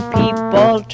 people